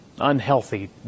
unhealthy